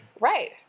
Right